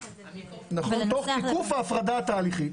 תוך תיקוף ההפרדה התהליכית.